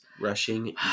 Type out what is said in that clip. rushing